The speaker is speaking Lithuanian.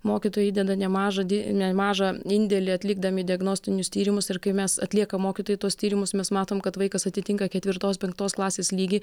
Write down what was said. mokytojai įdeda nemažą de nemažą indėlį atlikdami diagnostinius tyrimus ir kai mes atlieka mokytojai tuos tyrimus mes matom kad vaikas atitinka ketvirtos penktos klasės lygį